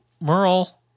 Merle